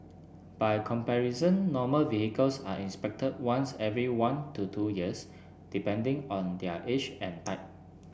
by comparison normal vehicles are inspected once every one to two years depending on their age and type